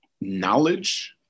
knowledge